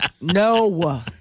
No